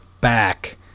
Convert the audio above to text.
back